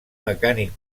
mecànic